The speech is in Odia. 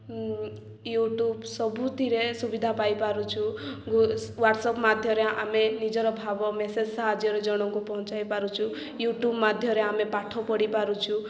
ୟୁଟ୍ୟୁବ୍ ସବୁଥିରେ ସୁବିଧା ପାଇପାରୁଛୁ ହ୍ୱାଟସ୍ଆପ୍ ମାଧ୍ୟମରେ ଆମେ ନିଜର ଭାବ ମେସେଜ୍ ସାହାଯ୍ୟରେ ଜଣଙ୍କୁ ପହଞ୍ଚାଇ ପାରୁଛୁ ୟୁଟ୍ୟୁବ୍ ମାଧ୍ୟରେ ଆମେ ପାଠ ପଢ଼ି ପାରୁଛୁ